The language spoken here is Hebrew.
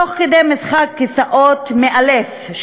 תוך כדי משחק כיסאות מאלף,